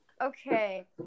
Okay